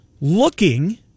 looking—